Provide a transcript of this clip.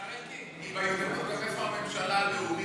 השר אלקין, בהזדמנות הזאת, גם איפה הממשלה הלאומית